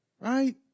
right